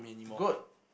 good